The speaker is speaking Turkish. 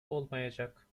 olmayacak